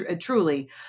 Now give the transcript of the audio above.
truly